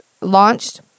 launched